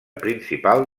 principal